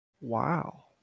Wow